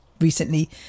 recently